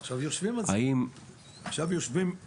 האם --- עכשיו יושבים על זה.